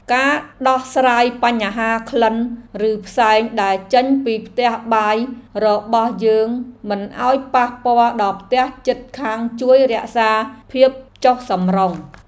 ការដោះស្រាយបញ្ហាក្លិនឬផ្សែងដែលចេញពីផ្ទះបាយរបស់យើងមិនឱ្យប៉ះពាល់ដល់ផ្ទះជិតខាងជួយរក្សាភាពចុះសម្រុង។